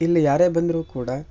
ಇಲ್ಲಿ ಯಾರೇ ಬಂದರೂ ಕೂಡ